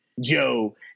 Joe